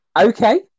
Okay